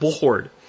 board